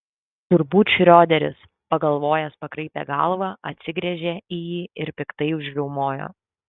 turbūt šrioderis pagalvojęs pakraipė galvą atsigręžė į jį ir piktai užriaumojo